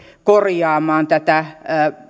korjaamaan tätä